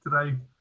today